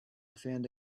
found